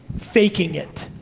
faking it.